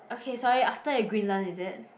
okay sorry after Greenland is it